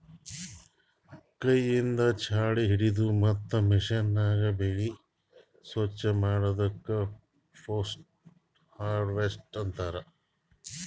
ಕೈಯಿಂದ್ ಛಾಳಿ ಹಿಡದು ಮತ್ತ್ ಮಷೀನ್ಯಾಗ ಬೆಳಿ ಸ್ವಚ್ ಮಾಡದಕ್ ಪೋಸ್ಟ್ ಹಾರ್ವೆಸ್ಟ್ ಅಂತಾರ್